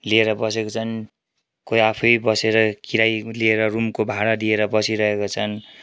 लिएर बसेका छन् कोही आफै बसेर किराया लिएर रुमको भाडा दिएर बसिरहेका छन्